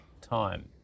time